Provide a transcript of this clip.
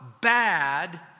bad